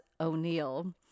O'Neill